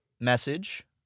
message